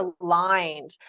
aligned